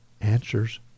Answers